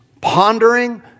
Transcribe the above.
pondering